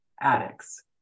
addicts